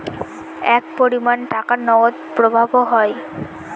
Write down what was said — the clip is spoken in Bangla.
এক পরিমান টাকার নগদ প্রবাহ হয়